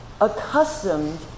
accustomed